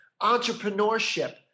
entrepreneurship